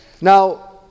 Now